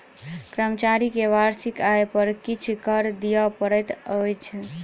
कर्मचारी के वार्षिक आय पर किछ कर दिअ पड़ैत अछि